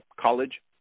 college